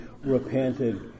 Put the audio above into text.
repented